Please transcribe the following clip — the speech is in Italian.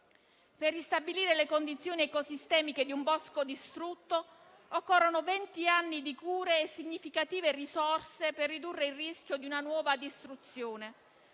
Per ristabilire le condizioni ecosistemiche di un bosco distrutto occorrono venti anni di cure e significative risorse per ridurre il rischio di una nuova distruzione.